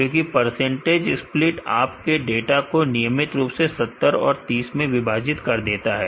क्योंकि percentage split आप के डाटा को नियमित रूप से 70 और 30 में विभाजित कर देता है